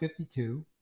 52